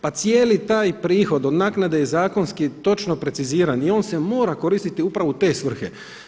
Pa cijeli taj prihod od naknade je zakonski točno preciziran i on se mora koristiti upravo u te svrhe.